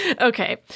Okay